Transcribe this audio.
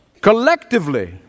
Collectively